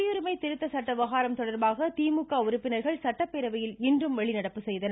குடியுரிமை திருத்த சட்ட விவகாரம் தொடர்பாக திமுக உறுப்பினர்கள் சட்டப்பேரவையிலிருந்து இன்றும் வெளிநடப்பு செய்தனர்